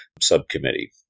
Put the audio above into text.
Subcommittee